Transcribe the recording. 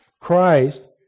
Christ